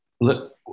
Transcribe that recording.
Look